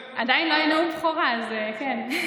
עדיין לא היה נאום בכורה, אז כן.